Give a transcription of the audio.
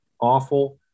awful